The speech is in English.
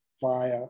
via